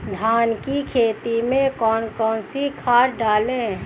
धान की खेती में कौन कौन सी खाद डालें?